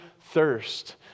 thirst